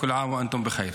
כל שנה ואתם בטוב).